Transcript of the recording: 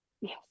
Yes